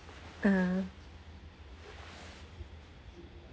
(uh huh)